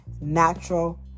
natural